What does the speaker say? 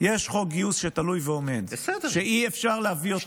יש חוק גיוס שתלוי ועומד שאי-אפשר להביא אותו,